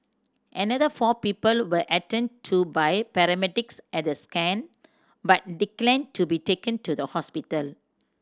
another four people were attended to by paramedics at the scene but declined to be taken to the hospital